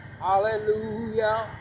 Hallelujah